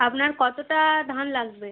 আপনার কতটা ধান লাগবে